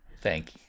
Thank